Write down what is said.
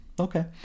Okay